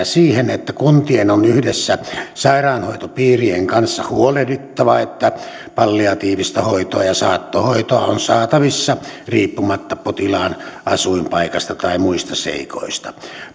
siihen että kuntien on yhdessä sairaanhoitopiirien kanssa huolehdittava siitä että palliatiivista hoitoa ja saattohoitoa on saatavissa riippumatta potilaan asuinpaikasta tai muista seikoista